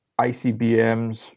ICBMs